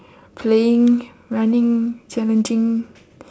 playing running challenging